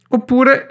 Oppure